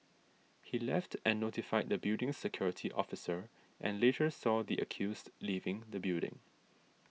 he left and notified the building's security officer and later saw the accused leaving the building